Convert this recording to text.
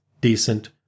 decent